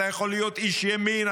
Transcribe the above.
אתה יכול להיות איש ימין,